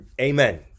amen